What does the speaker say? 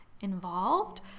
involved